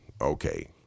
okay